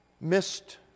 missed